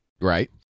Right